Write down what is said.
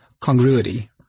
congruity